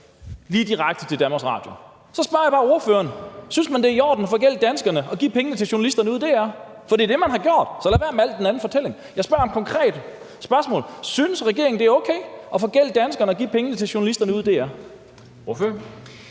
lige direkte til Danmarks Radio. Så spørger jeg bare ordføreren: Synes man, det er i orden at forgælde danskerne og give pengene til journalisterne ude i DR? For det er det, man har gjort, så lad være med alt det andet, den anden fortælling. Jeg stiller et konkret spørgsmål: Synes regeringen, det er okay at forgælde danskerne og give pengene til journalisterne ude i DR? Kl.